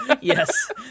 Yes